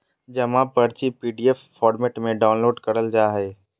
जमा पर्ची PDF format में डाउनलोड करल जा हय